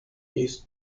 east